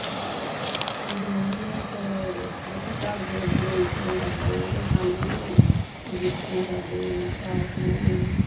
doormat ਅਸੀਂ ਘਰ ਦੇ ਅੱਗੇ ਇਸ ਲਈ ਰੱਖਦੇ ਹਾਂ ਕਿ ਸਾਨੂੰ ਨਾ ਜੁੱਤੇ ਸਾਡੇ ਸਾਫ਼ ਰਹਿਣ